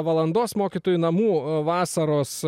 valandos mokytojų namų vasaros